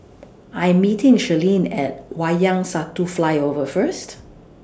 I'm meeting Shirleen At Wayang Satu Flyover First